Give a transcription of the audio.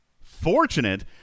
fortunate